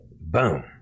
boom